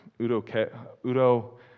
udo